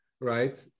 right